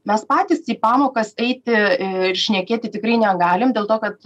mes patys į pamokas eiti ir šnekėti tikrai negalime dėl to kad